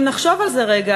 אם נחשוב על זה רגע,